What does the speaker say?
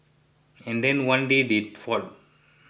and then one day they fought